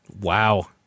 Wow